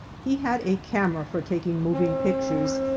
he had a camera for taking moving pictures,